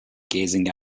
gazing